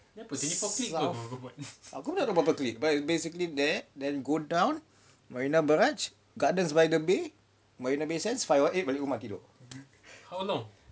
sam~ aku pun tak tahu berapa click basically that then go down marina barrage gardens by the bay marina bay sands five one eight balik rumah tidur